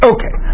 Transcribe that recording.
Okay